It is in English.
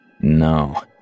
No